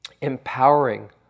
empowering